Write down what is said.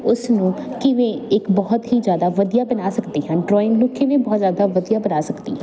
ਉਸ ਨੂੰ ਕਿਵੇਂ ਇੱਕ ਬਹੁਤ ਹੀ ਜ਼ਿਆਦਾ ਵਧੀਆ ਬਣਾ ਸਕਦੀ ਹਾਂ ਡਰੋਇੰਗ ਨੂੰ ਕਿਵੇਂ ਬਹੁਤ ਜ਼ਿਆਦਾ ਵਧੀਆ ਬਣਾ ਸਕਦੀ ਹਾਂ